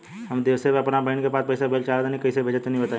हम विदेस मे आपन बहिन के पास पईसा भेजल चाहऽ तनि कईसे भेजि तनि बताई?